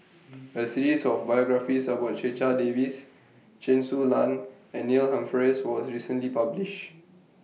A series of biographies about Checha Davies Chen Su Lan and Neil Humphreys was recently published